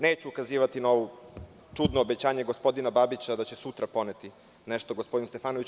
Neću ukazivati na ovo čudno obećanje gospodina Babića da će sutra poneti nešto gospodinu Stefanoviću.